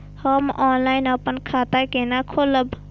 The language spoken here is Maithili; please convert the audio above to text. हम ऑनलाइन अपन खाता केना खोलाब?